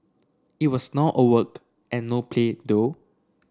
it was not all work and no play though